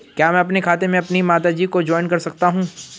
क्या मैं अपने खाते में अपनी माता जी को जॉइंट कर सकता हूँ?